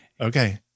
Okay